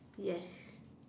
yes